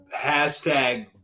hashtag